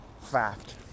fact